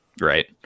Right